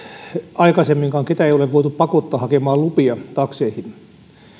aikaisemminkaan ketään ei ole voitu pakottaa hakemaan lupia takseihin